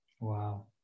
wow